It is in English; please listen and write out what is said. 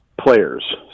players